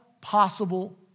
possible